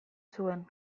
zuen